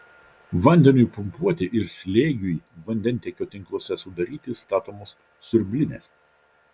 vandeniui pumpuoti ir slėgiui vandentiekio tinkluose sudaryti statomos siurblinės